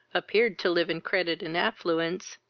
appeared to live in credit and affluence,